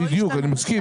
בדיוק, אני מסכים.